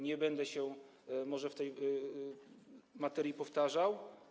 Nie będę się może w tej materii powtarzał.